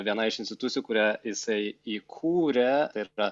viena iš institucijų kurią jisai įkūrė ir yra